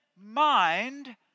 mind